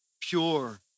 pure